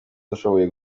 dushoboye